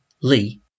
Lee